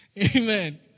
Amen